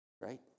Right